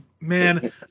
Man